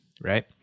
right